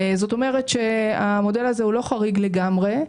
זאת אומרת שהמודל הזה הוא לא חריג לגמרי.